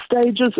stages